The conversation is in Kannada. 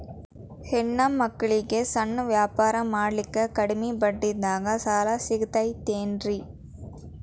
ಹೆಣ್ಣ ಮಕ್ಕಳಿಗೆ ಸಣ್ಣ ವ್ಯಾಪಾರ ಮಾಡ್ಲಿಕ್ಕೆ ಕಡಿಮಿ ಬಡ್ಡಿದಾಗ ಸಾಲ ಸಿಗತೈತೇನ್ರಿ?